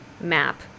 map